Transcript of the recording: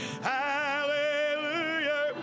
Hallelujah